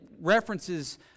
references